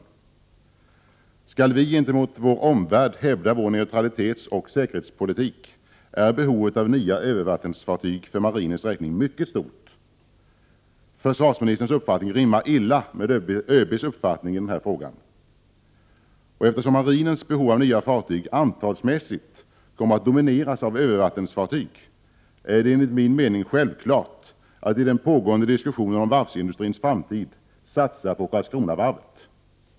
Om vi i framtiden gentemot vår omvärld skall kunna hävda vår neutralitetsoch säkerhetspolitik är behovet av nya övervattensfartyg för marinens räkning mycket stort. Försvarsministerns uppfattning i den här frågan rimmar illa med ÖB:s uppfattning. Eftersom marinens behov av nya fartyg till antalet kommer att domineras av övervattensfartyg är det enligt min mening självklart att man i den pågående diskussionen om varvsindustrins framtid kommer fram till att satsa på Karlskronavarvet.